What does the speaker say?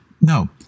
No